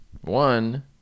one